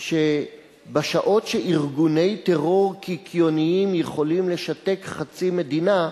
שבשעות שארגוני טרור קיקיוניים יכולים לשתק חצי מדינה,